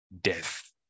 death